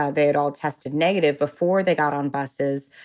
ah they had all tested negative before they got on buses.